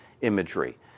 imagery